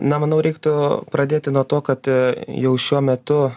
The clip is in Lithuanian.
na manau reiktų pradėti nuo to kad jau šiuo metu